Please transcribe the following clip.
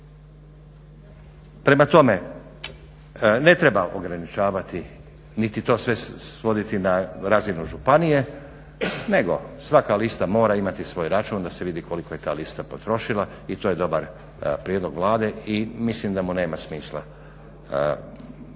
Prema tome ne treba ograničavati niti to sve svoditi na razinu županije, nego svaka lista mora imati svoj račun da se vidi koliko je ta lista potrošila i to je dobar prijedlog Vlade i mislim da mu nema smisla protiviti